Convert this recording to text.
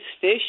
fish